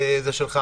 זה שלך.